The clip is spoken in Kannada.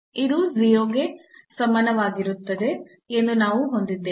ಇದು 0 ಕ್ಕೆ ಸಮನಾಗಿರುತ್ತದೆ ಎಂದು ನಾವು ಹೊಂದಿದ್ದೇವೆ